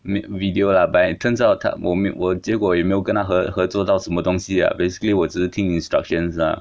vid~ video lah but it turns out 他我我结果也没有跟他合合作到什么东 lah basically 我只是听 instructions lah